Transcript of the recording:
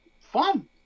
fun